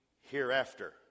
hereafter